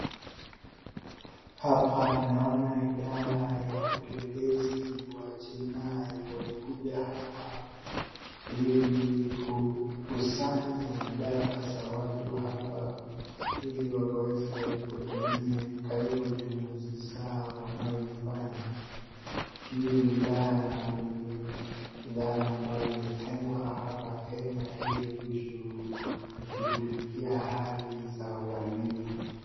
Hapa ninaona idara ya upelelezi wa jinai wamekuja hapa ili kukusanya data za watu hapa ili wakaweze kutumia katika uchunguzi wao wanayoifanya. Hii idara ni idara ambayo imetengwa hapa Kenya ili kushughulikia hali za uhalifu.